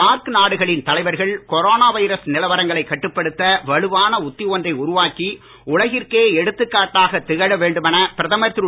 SAARC நாடுகளின் தலைவர்கள் corona virus நிலவரங்களை கட்டுப்படுத்த வலுவான உத்தில ஒன்றை உருவாக்கி உலகிற்கே எடுத்துக் காட்டாகத் திகழ வேண்டுமென பிரதமர் திரு